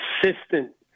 consistent